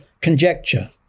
conjecture